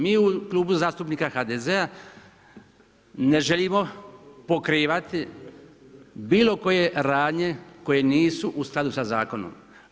Mi u Klubu zastupnika HDZ-a ne želimo pokrivati bilokoje radnje koje nisu u skladu sa zakonom.